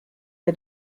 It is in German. der